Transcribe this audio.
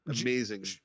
amazing